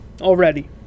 Already